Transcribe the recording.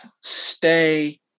stay